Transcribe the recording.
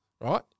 right